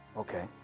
okay